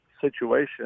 situation